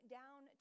down